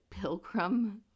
pilgrim